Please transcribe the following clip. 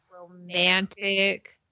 romantic